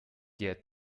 der